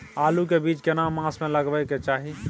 आलू के बीज केना मास में लगाबै के चाही?